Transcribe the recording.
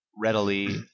readily